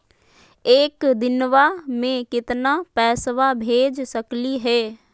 एक दिनवा मे केतना पैसवा भेज सकली हे?